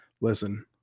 Listen